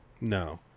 No